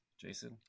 jason